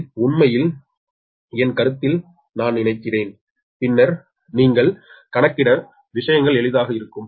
இது உண்மையில் என் கருத்தில் நான் நினைக்கிறேன் பின்னர் நீங்கள் கணக்கிட விஷயங்கள் எளிதாக இருக்கும்